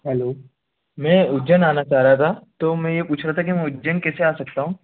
hello मैं उज्जैन आना चाह रहा था तो मैं ये पूछ रहा था कि मैं उज्जैन कैसे आ सकता हूँ